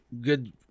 good